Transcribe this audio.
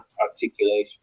articulation